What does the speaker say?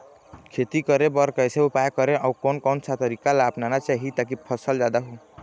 खेती करें बर कैसे उपाय करें अउ कोन कौन सा तरीका ला अपनाना चाही ताकि फसल जादा हो?